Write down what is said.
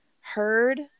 heard